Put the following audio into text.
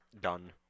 Done